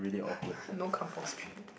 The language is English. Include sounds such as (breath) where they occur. (breath) no kampung spirit